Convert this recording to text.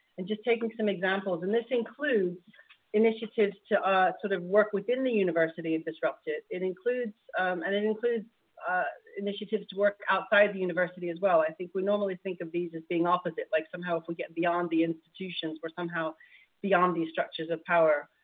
and just taking some examples. and this includes initiatives to ah sort of work within the university and disrupt it. includes and and includes initiatives to work outside the university as well. i think we normally think of these as being opposite, like somehow, if we get beyond the institutions where somehow beyond these structures of power.